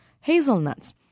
hazelnuts